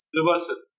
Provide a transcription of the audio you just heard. Reversal